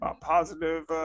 Positive